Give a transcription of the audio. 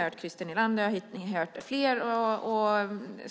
hört vad Christer Nylander och andra har sagt om elevinflytandet.